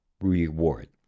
reward